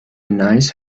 nice